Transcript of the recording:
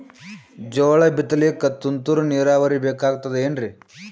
ಜೋಳ ಬಿತಲಿಕ ತುಂತುರ ನೀರಾವರಿ ಬೇಕಾಗತದ ಏನ್ರೀ?